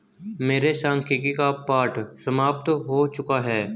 मेरे सांख्यिकी का पाठ समाप्त हो चुका है